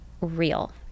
real